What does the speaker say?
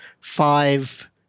five